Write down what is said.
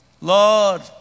Lord